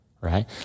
right